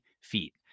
feet